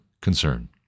concern